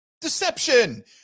deception